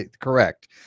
correct